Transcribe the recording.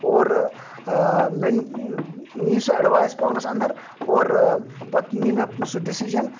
اور مےٚ نی سۄ اٮ۪ڈوایس پانَس اندَر اور پَتہٕ نی مےٚ سُہ ڈٮ۪سِجَن